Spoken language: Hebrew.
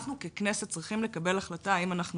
אנחנו ככנסת צריכים לקבל החלטה האם אנחנו